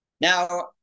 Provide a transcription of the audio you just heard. Now